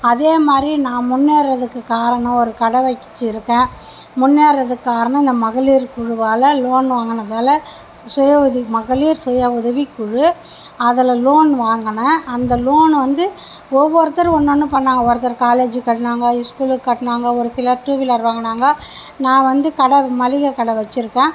அதே மாதிரி நான் முன்னேறுறதுக்கு காரணம் ஒரு கடை வெச்சுருக்கேன் முன்னேறுறதுக்கு காரணம் இந்த மகளிர் குழுவால் லோன் வாங்கினதால சுய உதவி மகளிர் சுய உதவிக்குழு அதில் லோன் வாங்கினேன் அந்த லோன் வந்து ஒவ்வொருத்தர் ஒன்னொன்னு பண்ணாங்க ஒருத்தர் காலேஜூக்கு கட்டினாங்க ஸ்கூலுக்கு கட்டினாங்க ஒரு சிலர் டூ வீலர் வாங்கினாங்க நான் வந்து கடை மளிகை கடை வெச்சுருக்கேன்